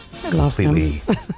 Completely